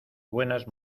buenas